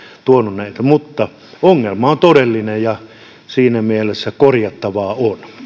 tuonut näitä mutta ongelma on todellinen ja siinä mielessä korjattavaa